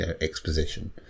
exposition